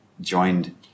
joined